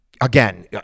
Again